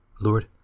Lord